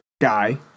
guy